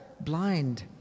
blind